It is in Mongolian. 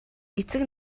эцэг